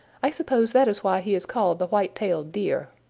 i suppose that is why he is called the white-tailed deer.